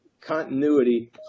continuity